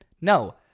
No